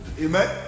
amen